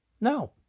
No